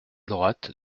droite